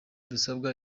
dusabwa